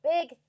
big